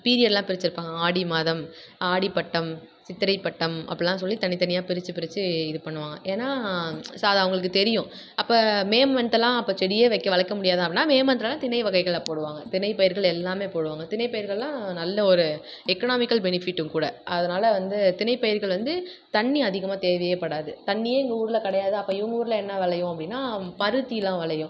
பீரியட்லாம் பிரித்திருப்பாங்க ஆடி மாதம் ஆடிப் பட்டம் சித்திரைப் பட்டம் அப்பிட்லாம் சொல்லி தனித்தனியாக பிரித்து பிரித்து இது பண்ணுவாங்க ஏன்னா சாதா அவங்களுக்குத் தெரியும் அப்போ மே மன்த்துலாம் அப்போ செடியே வைக்க வளர்க்க முடியாதா அப்படின்னா மே மன்த்திலலாம் தினை வகைகளாக போடுவாங்க தினைப் பயிர்கள் எல்லாமே போடுவாங்க தினைப் பயிர்கள்லாம் நல்ல ஒரு எக்னாமிக்கல் பெனிஃபிட்டும் கூட அதனால் வந்து தினைப் பயிர்கள் வந்து தண்ணி அதிகமாக தேவையே படாது தண்ணியே எங்கள் ஊரில் கிடையாது அப்போ இவங்க ஊரில் என்ன விளையும் அப்படின்னா பருத்திலாம் விளையும்